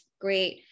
great